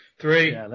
Three